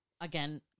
again